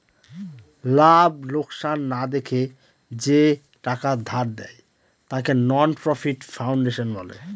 লাভ লোকসান না দেখে যে টাকা ধার দেয়, তাকে নন প্রফিট ফাউন্ডেশন বলে